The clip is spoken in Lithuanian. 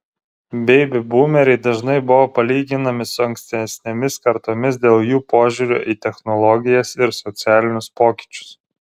beibi būmeriai dažnai buvo palyginami su ankstesnėmis kartomis dėl jų požiūrio į technologijas ir socialinius pokyčius